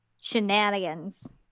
Shenanigans